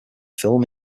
film